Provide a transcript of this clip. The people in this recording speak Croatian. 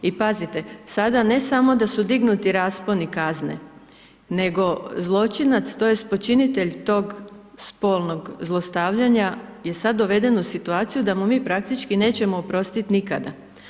I pazite sada ne samo da su dignuti rasponi kazne, nego zločinac tj. počinitelj tog spolnog zlostavljanja je sad doveden u situaciju da mu mi praktički nećemo oprostiti nikada.